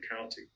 County